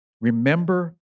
Remember